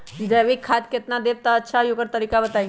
जैविक खाद केतना देब त अच्छा होइ ओकर तरीका बताई?